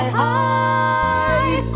high